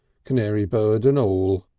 canary bird and all.